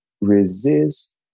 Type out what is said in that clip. Resist